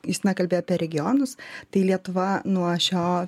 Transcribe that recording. justina kalbėjo apie regionus tai lietuva nuo šio